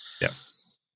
Yes